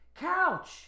couch